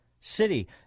city